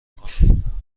کنم